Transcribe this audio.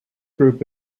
group